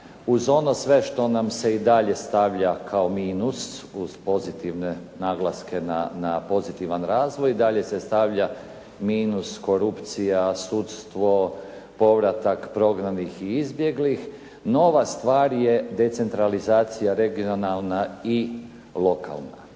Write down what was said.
uz ono sve što nam se i dalje stavlja kao minus uz pozitivne naglaske na pozitivan razvoj i dalje se stavlja minus korupcija, sudstvo, povratak prognanih i izbjeglih, nova stvar je decentralizacija regionalna i lokalna.